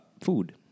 food